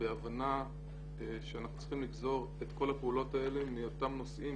בהבנה שאנחנו צריכים לגזור את כל הפעולות האלה מאותם נושאים